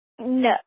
No